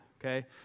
okay